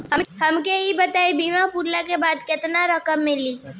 हमके ई बताईं बीमा पुरला के बाद केतना रकम मिली?